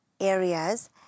areas